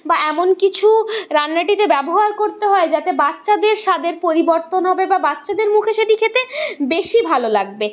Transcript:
বা এমন কিছু রান্নাটিতে ব্যবহার করতে হয় যাতে বাচ্চাদের স্বাদের পরিবর্তন হবে বা বাচ্চাদের মুখে সেটি খেতে বেশি ভালো লাগবে